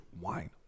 wine